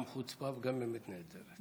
גם חוצפה וגם אמת נעדרת.